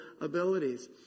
abilities